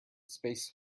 space